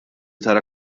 tara